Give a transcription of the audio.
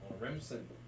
Remsen